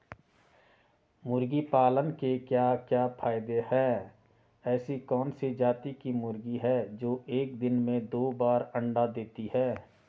मुर्गी पालन के क्या क्या फायदे हैं ऐसी कौन सी जाती की मुर्गी है जो एक दिन में दो बार अंडा देती है?